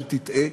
שתטעה.